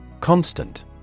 Constant